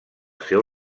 seu